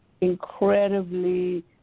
incredibly